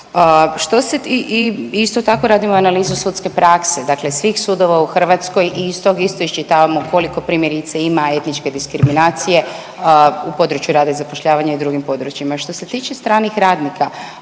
Što se tiče stranih radnika